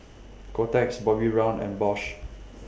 Kotex Bobbi Brown and Bosch